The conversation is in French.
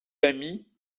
amie